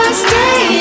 stay